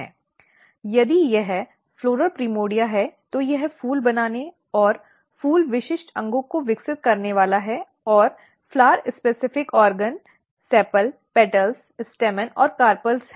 यदि यह floral primordia है तो यह फूल बनाने और फूल विशिष्ट अंगों को विकसित करने वाला है और फूल विशिष्ट अंगों सीपाल पंखुड़ी पुंकेसर और कार्पल हैं